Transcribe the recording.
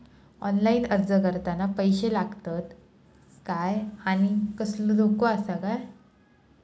Online अर्ज करताना पैशे लागतत काय आनी कसलो धोको आसा काय?